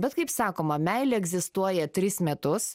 bet kaip sakoma meilė egzistuoja tris metus